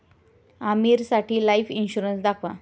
आमीरसाठी life insurance दाखवा